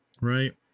Right